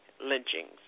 lynchings